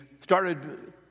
started